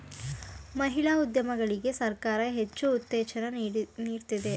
ಮಹಿಳಾ ಉದ್ಯಮಿಗಳಿಗೆ ಸರ್ಕಾರ ಹೆಚ್ಚು ಉತ್ತೇಜನ ನೀಡ್ತಿದೆ